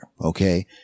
okay